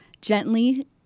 gently